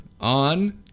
on